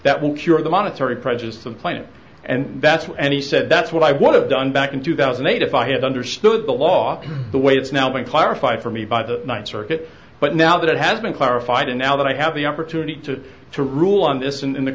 that will cure the monetary prejudiced implant and that's why and he said that's what i would have done back in two thousand and eight if i had understood the law the way it's now been clarified for me by the ninth circuit but now that it has been clarified and now that i have the opportunity to to rule on this in the